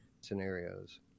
scenarios